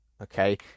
okay